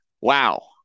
Wow